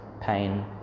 pain